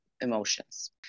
emotions